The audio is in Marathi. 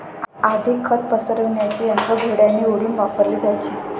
आधी खत पसरविण्याचे यंत्र घोड्यांनी ओढून वापरले जायचे